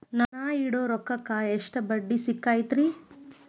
ನಾ ಇಡೋ ರೊಕ್ಕಕ್ ಎಷ್ಟ ಬಡ್ಡಿ ಸಿಕ್ತೈತ್ರಿ?